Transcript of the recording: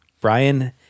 Brian